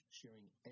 sharing